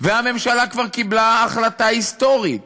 והממשלה כבר קיבלה החלטה היסטורית